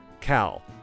Cal